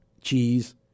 Cheese